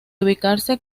ubicarse